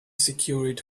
scurried